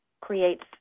creates